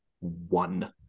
one